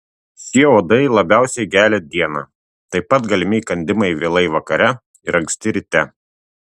šie uodai labiausiai gelia dieną taip pat galimi įkandimai vėlai vakare ir anksti ryte